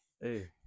Hey